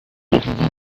arrivez